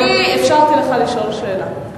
אני אפשרתי לך לשאול שאלה.